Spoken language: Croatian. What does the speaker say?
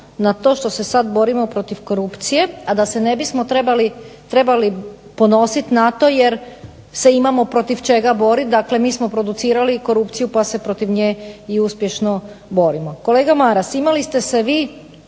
na to što se sad borimo protiv korupcije, a da se ne bismo trebali ponositi na to jer se imamo protiv čega boriti. Dakle, mi smo producirali korupciju pa se protiv nje i uspješno borimo. Kolega Maras imali ste se vi